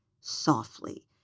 softly